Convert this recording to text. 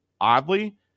oddly